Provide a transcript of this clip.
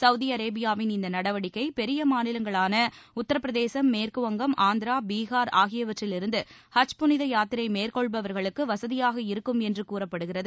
Saudi அரேபியாவின் இந்த நடவடிக்கை பெரிய மாநிலங்களான உத்தரபிரதேசம் மேற்குவங்கம் ஆந்திரா பீகார் ஆகியவற்றிலிருந்து ஹஜ் புனித யாத்திரை மேற்கொள்பவர்களுக்கு வசதியாக இருக்கும் என்று கூறப்படுகிறது